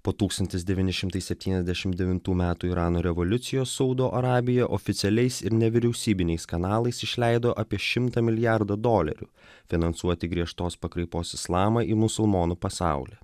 po tūkstantis devyni šimtai septyniasdešim devintų metų irano revoliucijos saudo arabija oficialiais ir nevyriausybiniais kanalais išleido apie šimtą milijardo dolerių finansuoti griežtos pakraipos islamą į musulmonų pasaulį